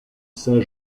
saint